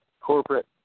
corporate